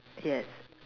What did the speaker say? yes